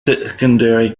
secondary